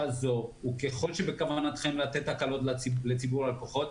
זו וככל שבכוונתכם לתת הקלות לציבור הלקוחות,